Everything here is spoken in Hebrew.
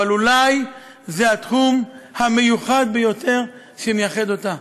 אבל אולי זה התחום המיוחד ביותר שמייחד אותה.